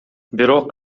бирок